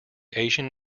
asian